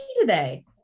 today